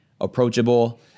approachable